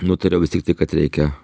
nutariau vis tiktai kad reikia